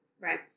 right